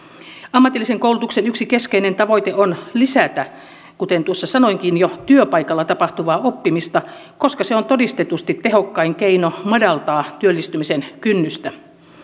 ammatillisen koulutuksen yksi keskeinen tavoite on lisätä kuten tuossa sanoinkin jo työpaikalla tapahtuvaa oppimista koska se on todistetusti tehokkain keino madaltaa työllistymisen kynnystä